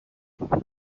while